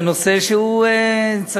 זה נושא שהוא צריך,